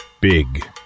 Big